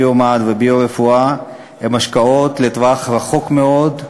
ביו-מד וביו-רפואה הן השקעות לטווח רחוק מאוד,